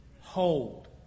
Hold